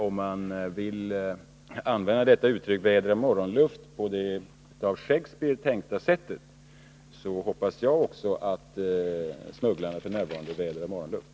Om man använder det här uttrycket på det av Shakespeare tänkta sättet, så hoppas också jag att smugglarna nu vädrar morgonluft.